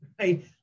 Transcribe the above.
right